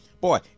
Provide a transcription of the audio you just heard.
boy